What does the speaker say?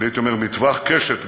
אני הייתי אומר: מטווח, קשת מאתנו,